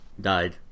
died